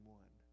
one